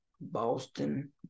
Boston